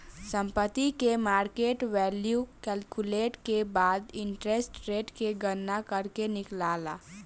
संपत्ति के market value calculate के बाद इंटरेस्ट रेट के गणना करके निकालाला